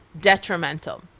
detrimental